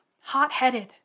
hot-headed